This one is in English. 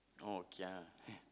oh kia